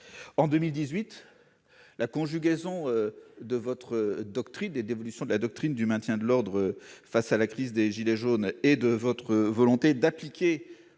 En 2018, la conjugaison de votre doctrine et de l'évolution de la doctrine du maintien de l'ordre face à la crise des « gilets jaunes », marquée par votre volonté d'appliquer